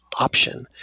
option